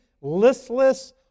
listless